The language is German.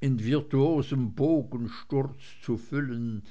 in virtuosem bogensturz zu füllen